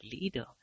leader